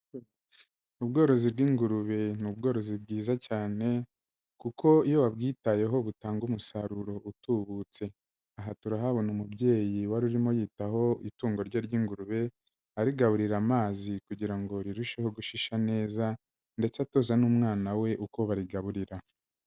Ubworozi bw'ingurube ni ubworozi bwiza cyane, kuko iyo wabwitayeho butanga umusaruro utubutse. Aha turahabona umubyeyi wari urimo yitaho itungo rye ry'ingurube, arigaburira amazi kugira ngo rirusheho gushisha neza, ndetse atoza n'umwana we uko barigaburira.